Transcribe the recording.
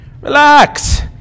Relax